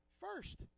first